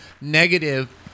negative